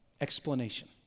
explanation